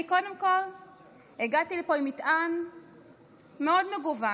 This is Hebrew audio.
אני קודם כול הגעתי לפה עם מטען מאוד מגוון,